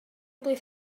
blwydd